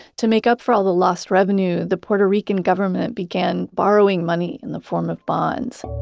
to make up for all the lost revenue, the puerto rican government began borrowing money in the form of bonds.